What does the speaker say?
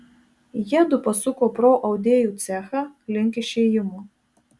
jiedu pasuko pro audėjų cechą link išėjimo